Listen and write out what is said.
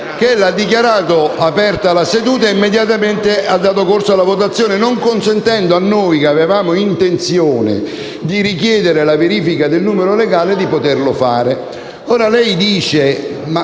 Ella ha dichiarato ripresa la seduta e, immediatamente, ha dato corso alla votazione, non consentendo a noi, che avevamo intenzione di richiedere la verifica del numero legale, di poterlo fare.